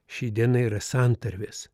ši diena ir santarvės